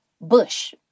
bush